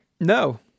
No